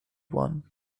one